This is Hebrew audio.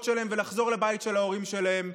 שלהם ולחזור לבית של ההורים שלהם,